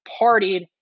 partied